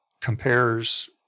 compares